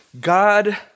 God